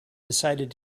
decided